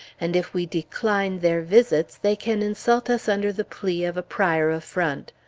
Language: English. and if we decline their visits, they can insult us under the plea of a prior affront.